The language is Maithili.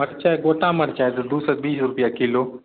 मरचाइ गोटा मरचाइ तऽ दू सए बीस रूपैआ किलो